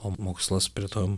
o mokslas prie to